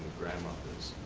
grandmothers.